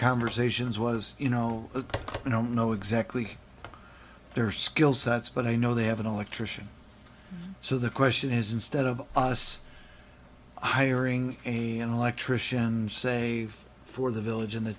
conversations was you know you don't know exactly their skill sets but i know they have an electrician so the question is instead of us hiring an electrician say for the village in the